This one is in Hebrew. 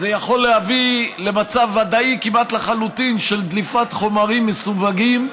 זה יכול להביא למצב ודאי כמעט לחלוטין של דליפת חומרים מסווגים,